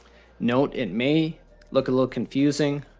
note, it may look a little confusing.